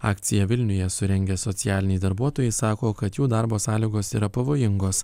akciją vilniuje surengę socialiniai darbuotojai sako kad jų darbo sąlygos yra pavojingos